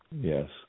Yes